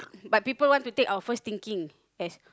but people want to take our first thinking as